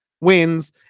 wins